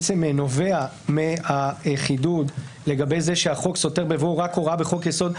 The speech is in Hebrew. שנובע מהחידוד לגבי זה שהחוק סותר בבירור רק הוראה בחוק יסוד,